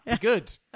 good